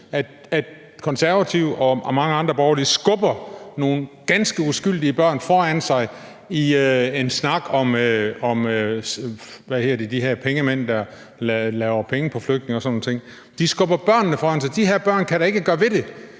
at Konservative og mange andre borgerlige skubber nogle ganske uskyldige børn foran sig i en snak om de her pengemænd, der laver penge på flygtninge og sådan nogle ting. De skubber børnene foran sig, og de her børn kan da ikke gøre ved det.